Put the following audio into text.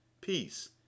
peace